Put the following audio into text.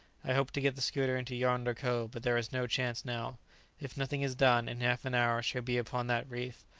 i hoped to get the schooner into yonder cove but there is no chance now if nothing is done, in half an hour she will be upon that reef.